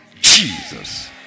Jesus